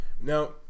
now